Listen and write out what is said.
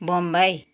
Bombay